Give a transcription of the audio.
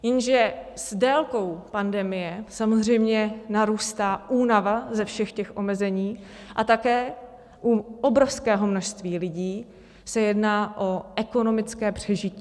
Jenže s délkou pandemie samozřejmě narůstá únava ze všech těch omezení a u obrovského množství lidí se také jedná o ekonomické přežití.